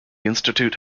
institute